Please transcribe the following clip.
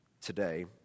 today